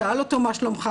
שאל אותו 'מה שלומך,